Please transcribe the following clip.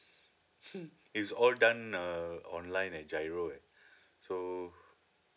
it's all done uh online and GIRO right so